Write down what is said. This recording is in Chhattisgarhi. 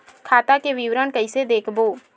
खाता के विवरण कइसे देखबो?